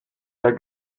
der